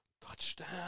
touchdown